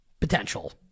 potential